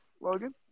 Logan